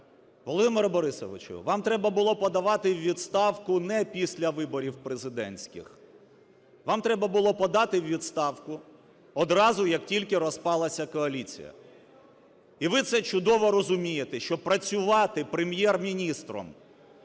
Володимире Борисовичу, вам треба було подавати у відставку не після виборів президентських, вам треба було подати у відставку одразу, як тільки розпалася коаліція. І ви це чудово розумієте, що працювати Прем'єр-міністром,